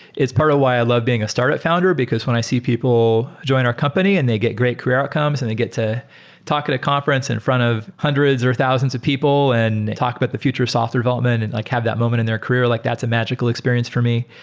it's part of why i love being a startup founder, because when i see people join our company and they get great career outcomes and they get to talk at a conference in front of hundreds or thousands of people and talk about the future software development and like have that moment in their career, like that's a magical experience for me.